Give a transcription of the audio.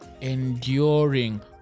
enduring